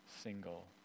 single